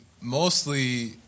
mostly